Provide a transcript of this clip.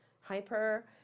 hyper